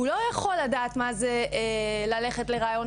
הוא לא יכול לדעת מה זה ללכת לראיון